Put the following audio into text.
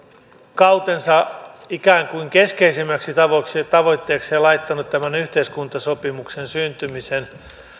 kautensa ikään kuin keskeisimmäksi tavoitteeksi laittanut tämän yhteiskuntasopimuksen syntymisen